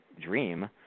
dream